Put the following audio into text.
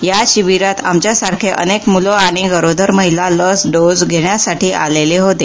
या शिबीरात आमचेसारखे अनेक मुलं आणि गरोदर महिला लस डोस घेण्यासाठी आलेले होते